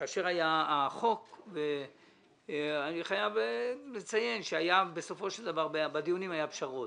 כאשר אני חייב לציין שבסופו של דבר בדיונים היו פשרות.